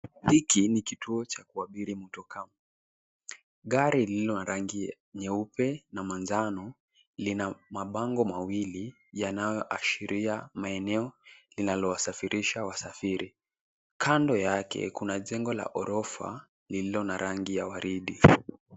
Hiki ni kituo cha kuabiri motokaa. Gari lililo na rangi nyeupe na manjano, lina mabango mawili yanayoashiria maeneo linalo wasafirisha wasafiri. Kando yake kuna jengo la ghorofa lililo na rangi ya waridi.